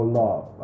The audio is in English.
love